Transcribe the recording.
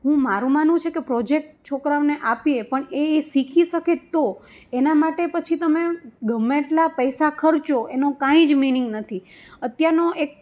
હું મારું માનવું છે કે પ્રોજેક્ટ છોકરાઓને આપીએ પણ એ એ શીખી શકે તો એના પછી તમે ગમે એટલા પૈસા ખર્ચો એનો કાંઈ જ મીનિંગ નથી અત્યારનો એક